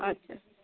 ଆଚ୍ଛା